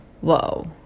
Whoa